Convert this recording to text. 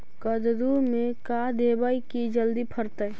कददु मे का देबै की जल्दी फरतै?